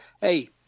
hey